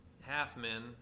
half-men